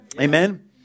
amen